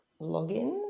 login